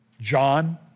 John